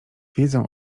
wiedzą